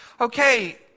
okay